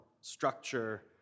structure